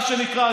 מה שנקרא,